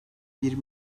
bir